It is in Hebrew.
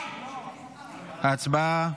הצבעה.